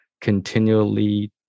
continually